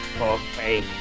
Okay